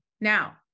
now